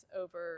over